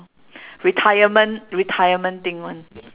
retirement retirement thing [one]